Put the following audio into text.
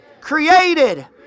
created